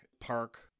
park